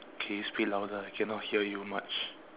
can you speak louder I cannot hear you much